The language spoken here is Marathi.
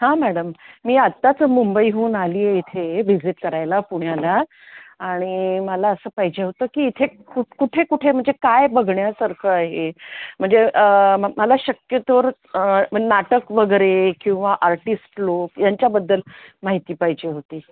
हां मॅडम मी आत्ताच मुंबईहून आली आहे इथे विजिट करायला पुण्याला आणि मला असं पाहिजे होतं की इथे कु कुठे कुठे म्हणजे काय बघण्यासारखं आहे म्हणजे मला शक्यतोवर नाटक वगैरे किंवा आर्टिस्ट लोक यांच्याबद्दल माहिती पाहिजे होती